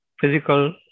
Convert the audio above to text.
physical